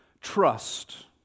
trust